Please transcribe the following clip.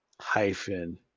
hyphen